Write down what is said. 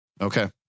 Okay